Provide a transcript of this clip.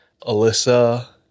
Alyssa